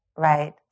Right